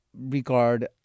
regard